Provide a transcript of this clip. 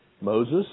Moses